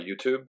YouTube